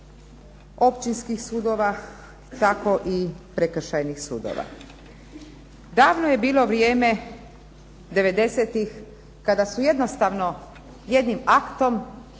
općinskih sudova tako i prekršajnih sudova. Davno je bilo vrijeme '90-ih kada su jednostavno jednim aktom,